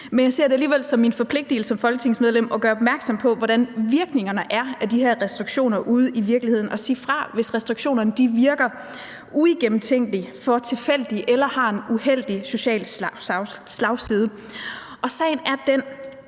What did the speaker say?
Men jeg ser det alligevel som min forpligtelse som folketingsmedlem at gøre opmærksom på, hvordan virkningerne af de her restriktioner er ude i virkeligheden, og sige fra, hvis restriktionerne virker uigennemtænkte, er for tilfældige eller har en uheldig social slagside. Sagen er den,